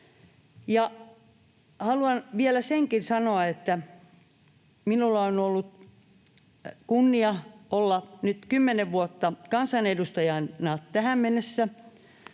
Haluan vielä sanoa senkin, että minulla on ollut kunnia olla nyt kymmenen vuotta kansanedustajana tähän mennessä,